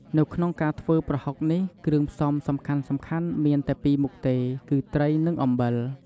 នៅក្នុងការធ្វើប្រហុកនេះ គ្រឿងផ្សំសំខាន់ៗមានតែពីរមុខទេ គឺត្រី និងអំបិល។